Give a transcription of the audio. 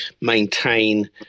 maintain